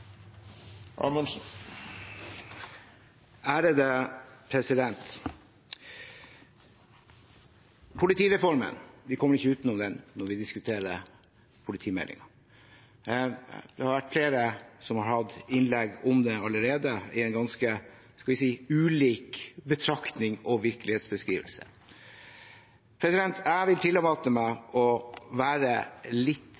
Vi kommer ikke utenom politireformen når vi diskuterer politimeldingen. Det har vært flere som har hatt innlegg om det allerede, med ganske – skal vi si – ulike betraktninger og virkelighetsbeskrivelser. Jeg vil tillate meg å være litt